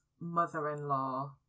mother-in-law